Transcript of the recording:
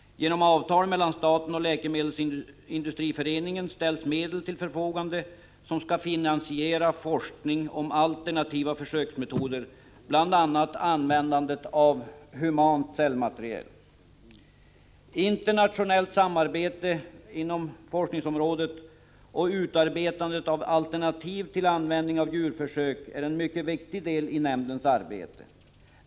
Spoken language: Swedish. Genom avtal mellan staten och Läkemedelsindustriföreningen ställs medel till förfogande som skall finansiera forskning om alternativa försöksmetoder, bl.a. användandet av humant cellmaterial. Internationellt samarbete inom forskningsområdet och utarbetande av alternativ till användning av djurförsök är en mycket viktig del av nämndens arbete.